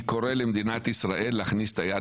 אני קורא למדינת ישראל להכניס את היד